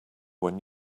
when